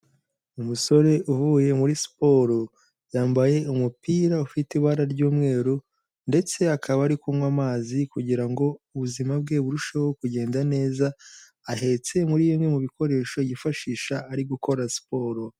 Umusore uvuye muri siporo yambaye umupira ufite ibara ry'umweru ndetse akaba ari kunywa amazi kugirango ubuzima bwe burusheho kugenda neza, ahetse muri bimwe mu bikoresho yifashisha ari gukora siporo.